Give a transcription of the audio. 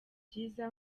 byiza